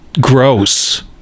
gross